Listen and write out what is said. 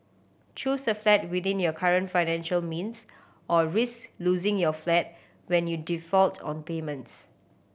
choose a flat within your current financial means or risk losing your flat when you default on payments